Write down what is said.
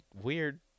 weird